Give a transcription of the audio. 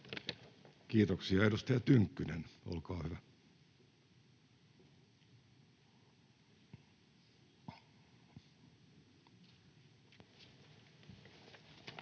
Kiitoksia. — Edustaja Tynkkynen, olkaa hyvä. Arvoisa